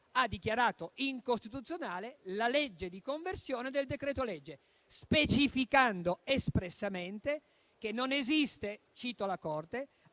ha dichiarato incostituzionale la legge di conversione del decreto-legge, specificando espressamente che non esiste - cito la Corte